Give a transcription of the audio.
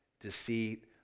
deceit